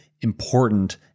important